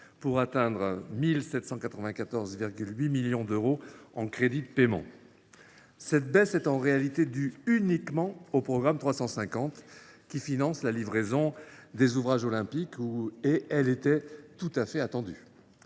pour atteindre 1 794,8 millions d’euros en crédits de paiement. Cette baisse est en réalité due uniquement à celle des crédits du programme 350, qui finance la livraison des ouvrages olympiques. Elle était tout à fait attendue